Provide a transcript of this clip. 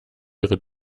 ihre